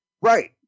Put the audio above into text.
Right